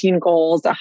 goals